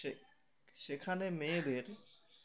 সে সেখানে মেয়েদের